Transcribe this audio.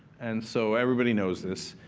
and so everybody knows this.